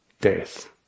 Death